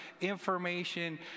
information